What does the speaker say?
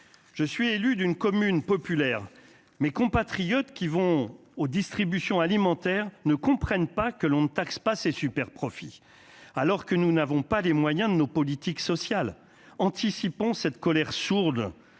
je suis élu d'une commune populaire mes compatriotes qui vont aux distributions alimentaires ne comprennent pas que l'on ne taxe pas ces super profits alors que nous n'avons pas les moyens de nos politiques sociales, anticipant cette colère sourde